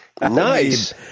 Nice